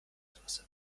adresse